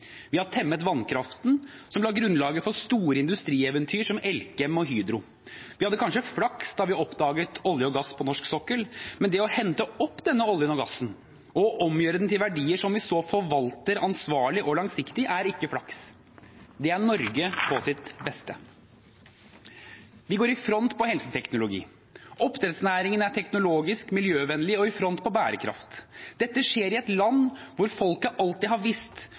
Vi har temmet vannkraften, som la grunnlaget for store industrieventyr som Elkem og Hydro. Vi hadde kanskje flaks da vi oppdaget olje og gass på norsk sokkel, men det å hente opp denne oljen og gassen og omgjøre den til verdier som vi så forvalter ansvarlig og langsiktig, handler ikke om flaks. Det er Norge på sitt beste. Vi er i front når det gjelder helseteknologi, oppdrettsnæringen er teknologisk og miljøvennlig, og vi er i front når det gjelder bærekraft. Dette skjer i et land hvor folket alltid har visst